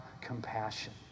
compassion